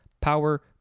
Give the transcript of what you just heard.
power